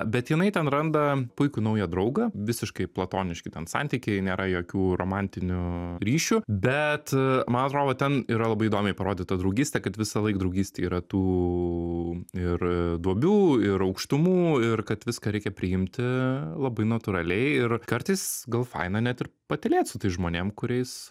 bet jinai ten randa puikų naują draugą visiškai platoniški ten santykiai nėra jokių romantinių ryšių bet man atrodo ten yra labai įdomiai parodyta draugystė kad visąlaik draugystėj yra tų ir duobių ir aukštumų ir kad viską reikia priimti labai natūraliai ir kartais gal faina net ir patylėt su tais žmonėm kuriais